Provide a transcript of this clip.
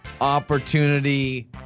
Opportunity